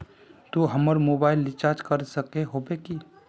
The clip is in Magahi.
तू हमर मोबाईल रिचार्ज कर सके होबे की?